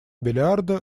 миллиарда